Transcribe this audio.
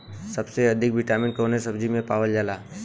सबसे अधिक विटामिन कवने सब्जी में पावल जाला?